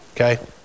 Okay